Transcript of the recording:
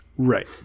Right